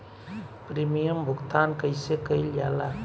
Premium भुगतान कइसे कइल जाला?